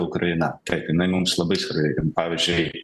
ukraina taip jinai mums labai svarbi pavyzdžiui